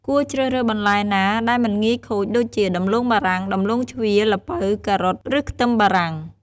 គួរជ្រើសរើសបន្លែណាដែល មិនងាយខូច ដូចជា ដំឡូងបារាំង ដំឡូងជ្វា ល្ពៅ ការ៉ុត ឬខ្ទឹមបារាំង។